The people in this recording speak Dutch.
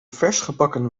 versgebakken